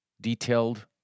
detailed